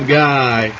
guy